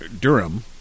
Durham